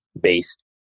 based